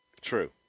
True